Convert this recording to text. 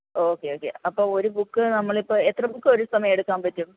okay okay അപ്പോൾ ഒരു book നമ്മളിപ്പോൾ എത്ര ബുക്ക് ഒരു സമയം എടുക്കാൻ പറ്റും